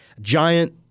Giant